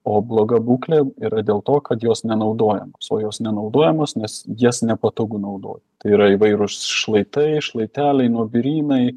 o bloga būklė yra dėl to kad jos nenaudojamos o jos nenaudojamos nes jas nepatogu naudoti yra įvairūs šlaitai šlaiteliai nuobirynai